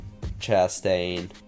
Chastain